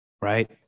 Right